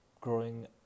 growing